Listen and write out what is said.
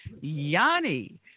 Yanni